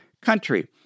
country